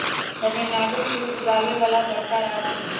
तमिलनाडु फूल उगावे वाला बड़का राज्य हई